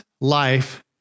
life